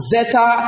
Zeta